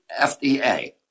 FDA